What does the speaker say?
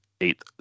eighth